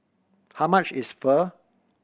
how much is Pho